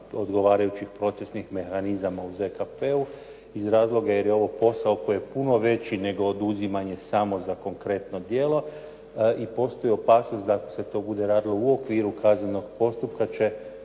odgovarajućih procesnih mehanizama u ZKP-u iz razloga jer je ovo posao koji je puno veći nego oduzimanje samo za konkretno djelo i postoji opasnost da se to bude radilo u okviru kaznenog postupka, će